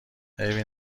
عیبی